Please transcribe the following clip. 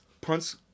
punts